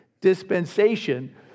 dispensation